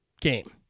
game